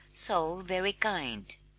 so very kind!